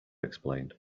explained